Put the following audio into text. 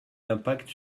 l’impact